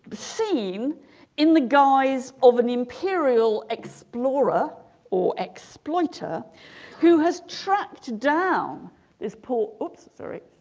seen in the guise of an imperial explorer or exploiter who has trapped down this porter sorry